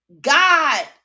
God